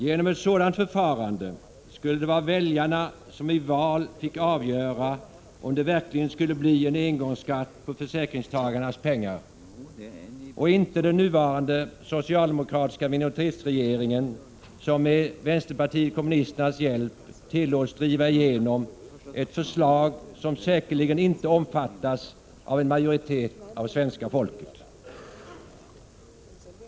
Genom ett sådant förfarande skulle det vara väljarna som i val fick avgöra om det verkligen skulle bli en engångsskatt på försäkringstagarnas pengar och inte den nuvarande socialdemokratiska minoritetsregeringen som med vänsterpartiet kommunisternas hjälp tillåts driva igenom ett förslag som säkerligen inte omfattas av majoriteten av svenska folket.